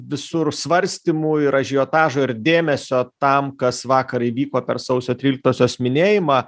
visur svarstymų ir ažiotažo ir dėmesio tam kas vakar įvyko per sausio tryliktosios minėjimą